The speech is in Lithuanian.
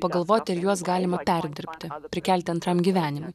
pagalvoti ar juos galima perdirbti prikelti antram gyvenimui